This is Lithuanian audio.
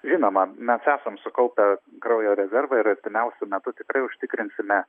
žinoma mes esam sukaupę kraujo rezervą ir artimiausiu metu tikrai užtikrinsime